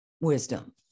wisdom